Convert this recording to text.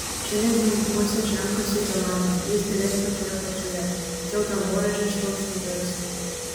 šiandien renkuosi žemkasį dilaną jis beveik pačioje apačioje todėl dangoraižis šlumšt nuvirsta